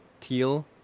teal